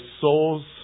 souls